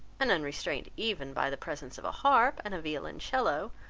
and unrestrained even by the presence of a harp, and violoncello,